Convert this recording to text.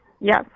Yes